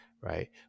right